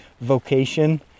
vocation